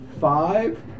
five